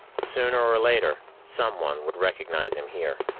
sooner or later, someone would recognize him here.